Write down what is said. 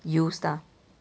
used ah